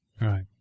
Right